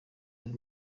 wari